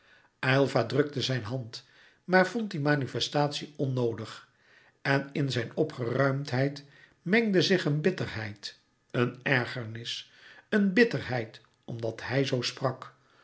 aylva drukte zijn hand maar vond die manifestatie onnoolouis couperus metamorfoze dig en in zijn opgeruimdheid mengde zich een bitterheid een ergernis een bitterheid omdat hij zoo sprak